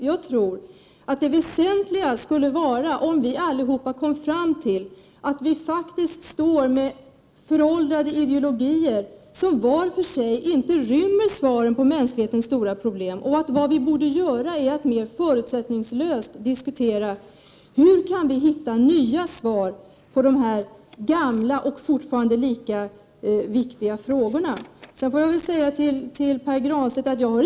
Jag tror att det väsentliga vore om vi alla kom fram till att vi står här med föråldrade ideologier, som var för sig inte rymmer svaren på mänsklighetens stora problem, och att vi mer förutsättningslöst borde diskutera hur vi kan hitta nya svar på de gamla och fortfarande lika viktiga frågorna. Jag får säga till Pär Granstedt att jag inte har någonting emot att centern — Prot.